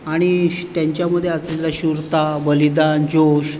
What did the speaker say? आणि त्यांच्यामध्ये असलेला शूरता बलिदान जोश